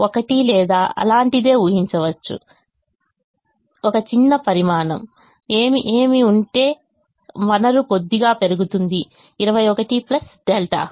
1 లేదా అలాంటిదే ఊహించవచ్చు ఒక చిన్న పరిమాణం ఏమి ఉంటే వనరు కొద్దిగా పెరుగుతుంది 21 ẟ